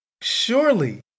Surely